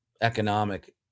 economic